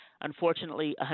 Unfortunately